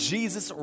Jesus